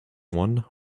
one